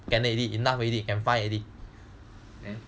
can already enough already can find already